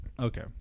Okay